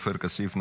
עופר כסיף,